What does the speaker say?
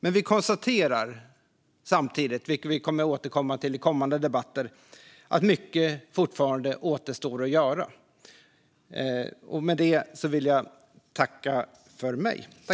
Samtidigt konstaterar vi, vilket vi återkommer till i kommande debatter, att mycket återstår att göra.